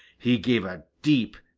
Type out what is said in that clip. he gave a deep,